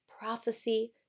prophecy